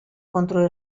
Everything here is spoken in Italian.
contro